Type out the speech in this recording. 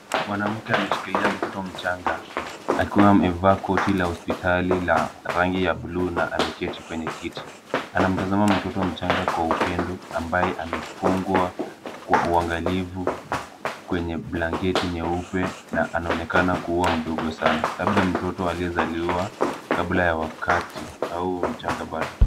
Mwanamke ameshikilia mtoto mchanga akiwa amevaa koti la hospitali la rangi ya bluu na ameketi kwenye kiti. Anamtazama mtoto Kwa upendo ambaye amefungwa kwa uangalifu kwenye blanketi jeupe na anaonekana kuwa mdogo sana labda mtoto aliyezaliwa kabla ya wakati au mchanga bado.